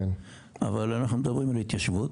אבל אנחנו מדברים על התיישבות.